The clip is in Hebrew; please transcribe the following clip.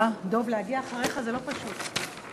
דב, להגיע אחריך זה לא פשוט.